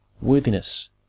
worthiness